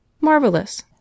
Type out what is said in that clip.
Marvelous